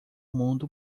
mundo